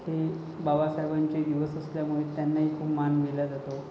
हे बाबासाहेबांचे दिवस असल्यामुळे त्यांनाही खूप मान दिला जातो